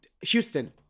Houston